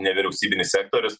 nevyriausybinis sektorius